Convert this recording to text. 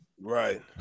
Right